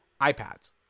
iPads